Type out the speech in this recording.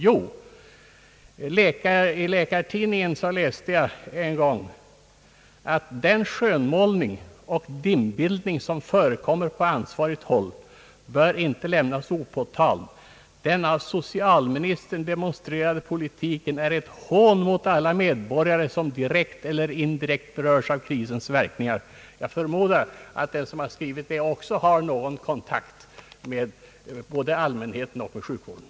Jo, i Läkartidningen läste jag en gång att »den skönmålning och dimbildning som förekommer på ansvarigt håll inte bör lämnas opåtalad. Den av socialministern demonstrerade politiken är ett hån mot alla medborgare som direkt eller indirekt berörs av krisens verkningar.» Jag förmodar att den som skrivit det också har någon kontakt med både allmänheten och sjukvården.